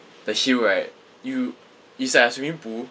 the hill right you is like a swimming pool